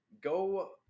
Go